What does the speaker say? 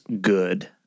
good